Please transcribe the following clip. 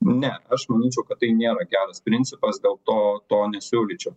ne aš manyčiau kad tai nėra geras principas dėl to to nesiūlyčiau